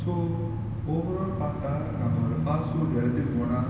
so overall பாத்தா நம்ம ஒரு:patha namma oru fast food எடத்துக்கு போனா:edathukku pona